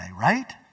right